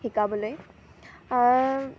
শিকাবলৈ